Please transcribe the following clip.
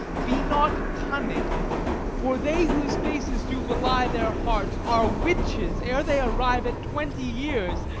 be not cunning for they whose faces do belie their hearts are witches ere they arrive at twenty years,